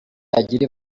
yagira